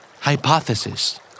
Hypothesis